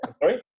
Sorry